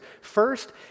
First